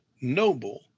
noble